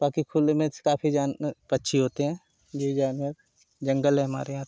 बाकी खुले मेंच काफी जन पक्षी होते हैं जीव जानवर जंगल में हमारे यहाँ